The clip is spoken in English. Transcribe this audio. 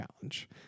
Challenge